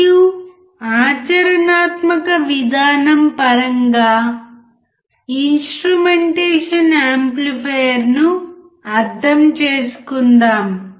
మరియు ఆచరణాత్మక విధానం పరంగా ఇన్స్ట్రుమెంటేషన్ యాంప్లిఫైయర్ను అర్థం చేసుకుందాం